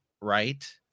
right